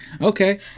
okay